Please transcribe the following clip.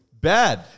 Bad